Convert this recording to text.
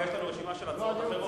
יש לנו רשימה של הצעות אחרות.